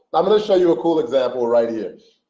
i'm going to show you a cool example right here